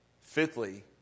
Fifthly